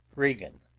regan,